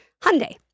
Hyundai